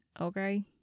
okay